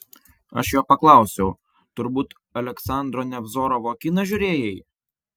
aš jo paklausiau turbūt aleksandro nevzorovo kiną žiūrėjai